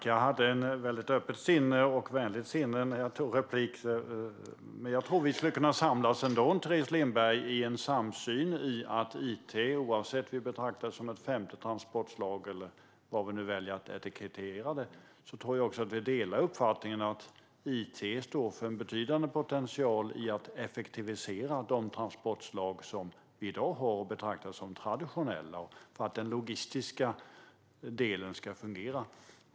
Herr talman! Jag hade ett öppet och vänligt sinne när jag begärde replik, men jag tror att vi ändå kan samlas i en samsyn, Teres Lindberg, i att it, oavsett om vi betraktar det som ett femte transportslag eller hur vi väljer att etikettera det, står för en betydande potential i att effektivisera de transportslag som i dag betraktas som traditionella för att den logistiska delen ska fungera.